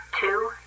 two